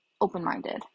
open-minded